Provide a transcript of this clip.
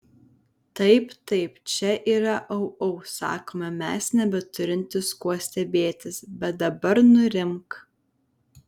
taip taip čia yra au au sakome mes nebeturintys kuo stebėtis bet dabar nurimk